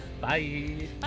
bye